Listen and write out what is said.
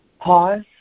pause